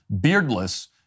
beardless